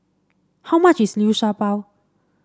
how much is Liu Sha Bao